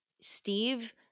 Steve